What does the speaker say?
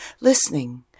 listening